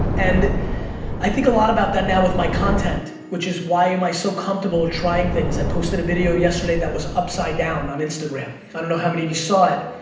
and i think a lot about that now with my content, which is why am i so comfortable with trying things? i posted a video yesterday that was upside down on instagram. i don't know how many of you saw it.